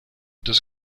des